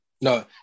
No